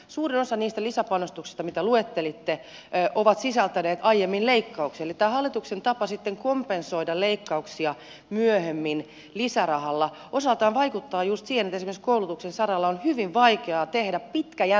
suurin osa niistä lisäpanostuksista mitä luettelitte ovat sisältäneet aiemmin leikkauksen eli tämä hallituksen tapa sitten kompensoida leikkauksia myöhemmin lisärahalla vaikuttaa osaltaan just siihen että esimerkiksi koulutuksen saralla on hyvin vaikeaa tehdä pitkäjänteistä koulutuspolitiikkaa